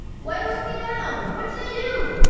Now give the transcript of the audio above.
why you holding me down? what did i do?